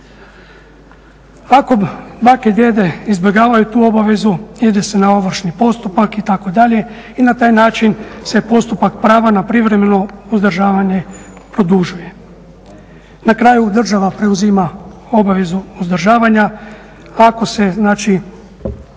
Ako bake i djede izbjegavaju tu obavezu ide se na ovršni postupak itd. i na taj način se postupak prava na privremeno uzdržavanje produžuje. Na kraju država preuzima obavezu uzdržavanja. Ako se znači